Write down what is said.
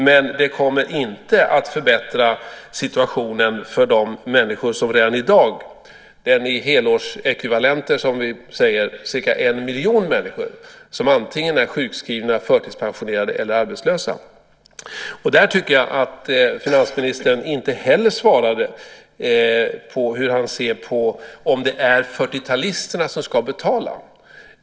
Men det kommer inte att förbättra situationen för de människor - de i helårsekvivalenter, som vi säger, cirka en miljon människor - som redan i dag antingen är sjukskrivna, förtidspensionerade eller arbetslösa. Där tycker jag att finansministern inte heller svarade på om det är 40-talisterna som ska betala.